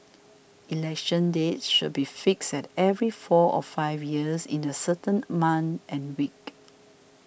election dates should be fixed at every four or five years in a certain month and week